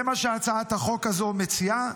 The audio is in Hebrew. זה מה שהצעת החוק הזו מציעה,